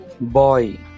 boy